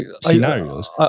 scenarios